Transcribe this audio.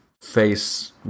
face